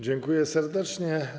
Dziękuję serdecznie.